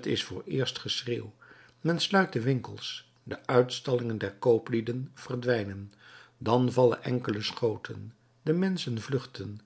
t is vooreerst geschreeuw men sluit de winkels de uitstallingen der kooplieden verdwijnen dan vallen enkele schoten de menschen vluchten